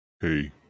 Hey